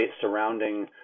surrounding